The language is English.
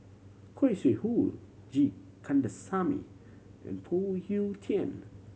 Khoo Sui Hoe G Kandasamy and Phoon Yew Tien